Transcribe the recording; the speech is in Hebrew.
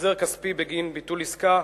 (החזר כספי בגין ביטול עסקה).